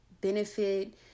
benefit